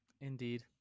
Indeed